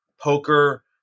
poker